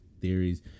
theories